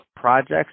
projects